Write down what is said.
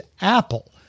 Apple